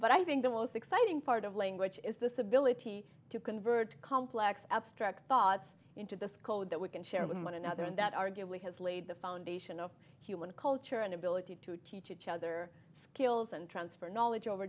but i think the most exciting part of language is this ability to convert complex abstract thoughts into this code that we can share with one another and that arguably has laid the foundation of human culture an ability to teach each other skills and transfer knowledge over